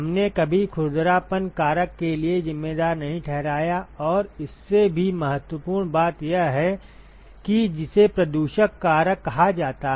हमने कभी खुरदरापन कारक के लिए जिम्मेदार नहीं ठहराया और इससे भी महत्वपूर्ण बात यह है कि जिसे प्रदूषक कारक कहा जाता है